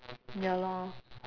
ya lor